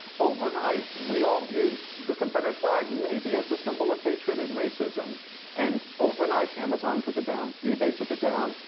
overnight we all viewed the confederate flag maybe as a symbol of hatred and racism and overnight amazon took it down, ebay took it down,